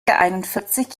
einundvierzig